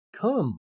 come